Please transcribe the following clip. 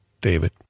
David